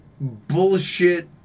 bullshit